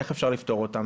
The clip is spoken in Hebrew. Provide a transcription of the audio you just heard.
איך אפשר לתפור אותם,